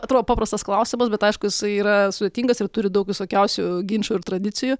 atrodo paprastas klausimas bet aišku jisai yra sudėtingas ir turi daug visokiausių ginčų ir tradicijų